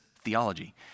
theology